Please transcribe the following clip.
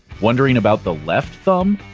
wondering about the left thumb?